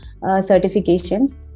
certifications